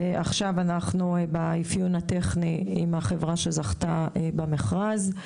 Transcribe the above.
עכשיו אנחנו נמצאים באפיון הטכני עם החברה שזכתה במרכז,